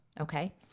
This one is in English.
okay